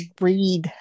read